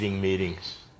meetings